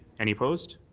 any opposed?